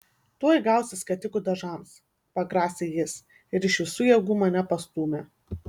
tuoj gausi skatikų dažams pagrasė jis ir iš visų jėgų mane pastūmė